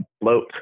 float